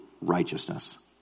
righteousness